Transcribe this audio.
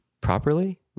properly